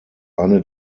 eine